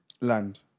Land